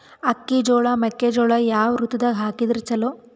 ಅಕ್ಕಿ, ಜೊಳ, ಮೆಕ್ಕಿಜೋಳ ಯಾವ ಋತುದಾಗ ಹಾಕಿದರ ಚಲೋ?